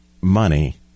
money